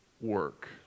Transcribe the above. work